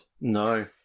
No